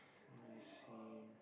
let's see